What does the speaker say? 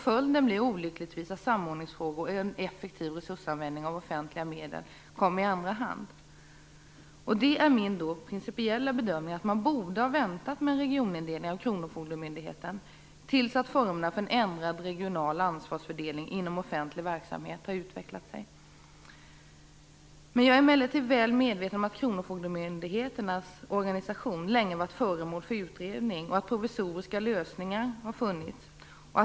Följden blir olyckligtvis att samordningsfrågor och en effektiv resursanvändning av offentliga medel kommer i andra hand. Det är min principiella bedömning att man borde ha väntat med regionindelningen av kronofogdemyndigheten tills formerna för en ändrad regional ansvarsfördelning inom offentlig verksamhet har utvecklat sig. Jag är emellertid väl medveten om att kronofogdemyndigheternas organisation länge har varit föremål för utredning och att provisoriska lösningar har funnits.